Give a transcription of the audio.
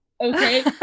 okay